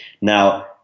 Now